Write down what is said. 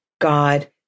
God